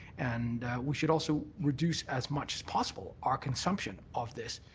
and we should also reduce as much as possible our consumption of this.